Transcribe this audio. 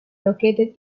located